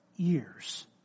Years